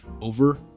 over